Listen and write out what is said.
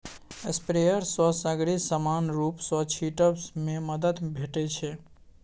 sprayer सँ सगरे समान रुप सँ छीटब मे मदद भेटै छै